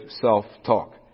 self-talk